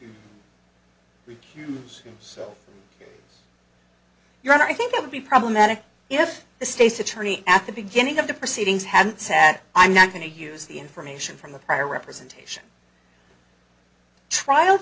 can so your honor i think that would be problematic if the state's attorney at the beginning of the proceedings hadn't sat i'm not going to use the information from the prior representation trial